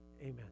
Amen